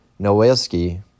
Nowelski